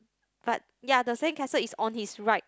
but ya the sandcastle is on his right